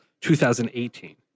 2018